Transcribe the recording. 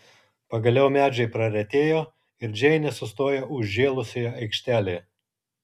pagaliau medžiai praretėjo ir džeinė sustojo užžėlusioje aikštelėje